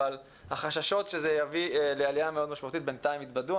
אבל החששות שזה יביא לעלייה מאוד משמעותית בינתיים התבדו,